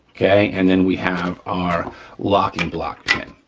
okay, and then we have our locking block pin.